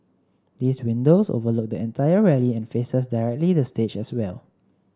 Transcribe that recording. these windows overlook the entire rally and faces directly the stage as well